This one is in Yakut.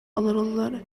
олороллор